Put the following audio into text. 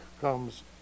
comes